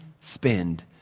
spend